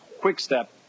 Quickstep